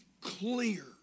clear